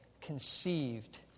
conceived